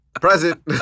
Present